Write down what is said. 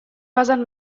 basen